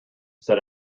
said